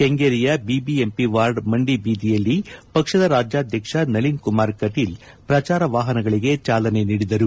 ಕೆಂಗೇರಿಯ BBMP ward ಮಂಡಿ ಬೀದಿಯಲ್ಲಿ ಪಕ್ಷದ ರಾಜ್ಯಾಧ್ಯಕ್ಷ ನಳಿನ್ ಕುಮಾರ್ ಕಟೀಲ್ ಪ್ರಚಾರ ವಾಹನಗಳಿಗೆ ಚಾಲನೆ ನೀಡಿದರು